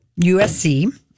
USC